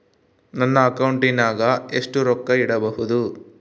ನನ್ನ ಅಕೌಂಟಿನಾಗ ಎಷ್ಟು ರೊಕ್ಕ ಇಡಬಹುದು?